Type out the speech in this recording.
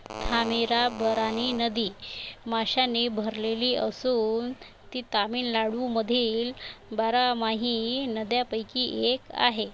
थामीराबरानी नदी माशांनी भरलेली असून ती तामिळनाडूमधील बारमाही नद्यांपैकी एक आहे